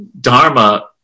Dharma